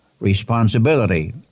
responsibility